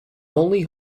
only